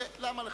למה לך?